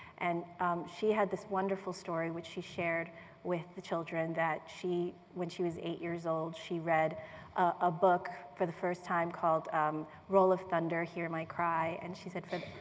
and um she had this wonderful story which she shared with the children that when she when she was eight years old she read a book for the first time called um roll of thunder hear my cry and she said,